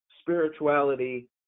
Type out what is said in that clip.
spirituality